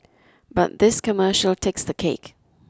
but this commercial takes the cake